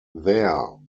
there